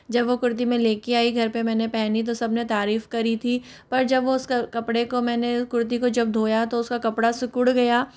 जब वो कुरती मैं लेके आई घर पे मैंने पहनी तो सबने तारीफ़ करी थी पर जब वो उस कपड़े को मैंने कुर्ती को जब धोया तो उस का कपड़ा सिकुड़ गया